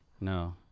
no